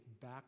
back